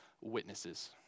witnesses